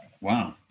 Wow